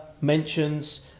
mentions